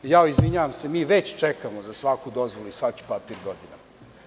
Jao, izvinjavam se, mi već čekamo za svaku dozvolu, za svaki papir godinama.